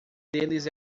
deles